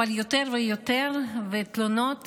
אבל יותר ויותר תלונות